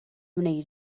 wnei